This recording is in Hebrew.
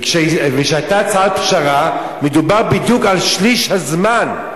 כשהיתה הצעת פשרה, מדובר בדיוק על שליש הזמן,